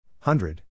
Hundred